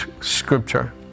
scripture